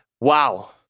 wow